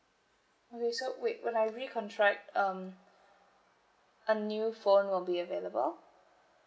okay so wait when I recontract um a new phone will be available